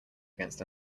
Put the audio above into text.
against